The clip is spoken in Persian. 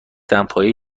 دمپایی